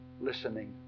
listening